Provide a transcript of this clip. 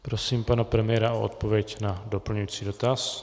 Prosím pana premiéra o odpověď na doplňující dotaz.